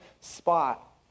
spot